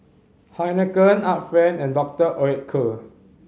Heinekein Art Friend and Doctor Oetker